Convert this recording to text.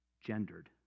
gendered